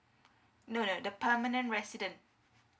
no no the permanent resident